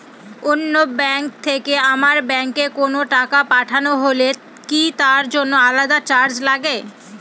অন্য ব্যাংক থেকে আমার ব্যাংকে কোনো টাকা পাঠানো হলে কি তার জন্য আলাদা চার্জ লাগে?